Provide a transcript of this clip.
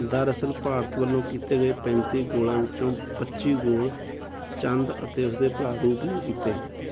ਦਰਅਸਲ ਭਾਰਤ ਵੱਲੋਂ ਕੀਤੇ ਗਏ ਪੈਂਤੀ ਗੋਲਾਂ ਵਿੱਚੋਂ ਪੱਚੀ ਗੋਲ ਚੰਦ ਅਤੇ ਉਸ ਦੇ ਭਰਾ ਰੂਪ ਨੇ ਕੀਤੇ